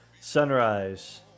sunrise